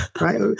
Right